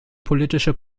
politische